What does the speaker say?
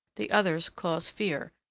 the others cause fear,